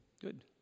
Good